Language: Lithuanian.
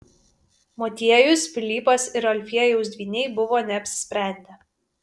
motiejus pilypas ir alfiejaus dvyniai buvo neapsisprendę